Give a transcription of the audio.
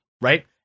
right